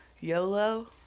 YOLO